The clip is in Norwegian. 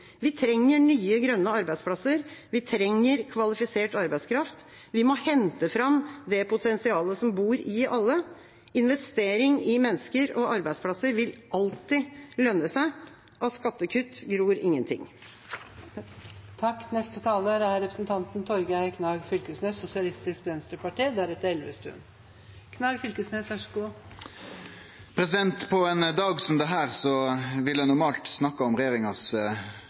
Vi trenger nye, grønne arbeidsplasser. Vi trenger kvalifisert arbeidskraft. Vi må hente fram det potensialet som bor i alle. Investering i mennesker og arbeidsplasser vil alltid lønne seg. Av skattekutt gror det ingenting. På ein dag som denne ville eg normalt ha snakka om den elendige fordelingspolitikken til regjeringa, om korleis velferda blir bygd ned for innbyggjarane i landet, om korleis dei rikare blir enda rikare. Eg kunne ha snakka om